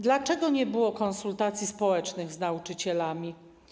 Dlaczego nie było konsultacji społecznych z nauczycielami?